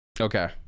Okay